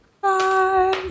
Bye